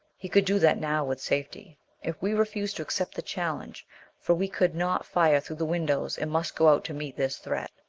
he could do that now with safety if we refused to accept the challenge for we could not fire through the windows and must go out to meet this threat.